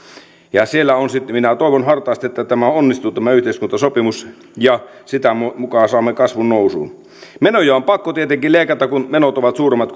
minä toivon hartaasti että tämä onnistuu tämä yhteiskuntasopimus ja sitä mukaa saamme kasvun nousuun menoja on pakko tietenkin leikata kun menot ovat suuremmat